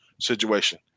situation